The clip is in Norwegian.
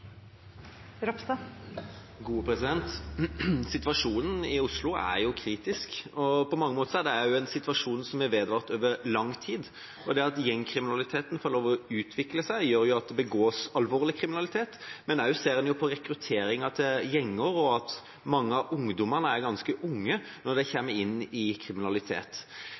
kritisk, og på mange måter er det også en situasjon som har vedvart over lang tid. Det at gjengkriminaliteten får lov til å utvikle seg, gjør at det begås alvorlig kriminalitet, og en ser også på rekrutteringen til gjenger at mange av ungdommene er ganske unge når de kommer inn i kriminalitet.